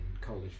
college